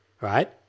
right